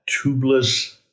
tubeless